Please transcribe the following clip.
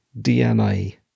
DNA